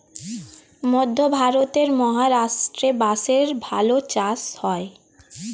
মধ্যে ভারতের মহারাষ্ট্রে বাঁশের ভালো চাষ হয়